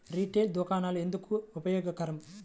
Retail దుకాణాలు ఎందుకు ఉపయోగకరం?